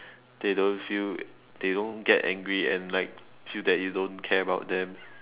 they don't feel they don't get angry and like feel that you don't care about them